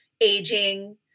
aging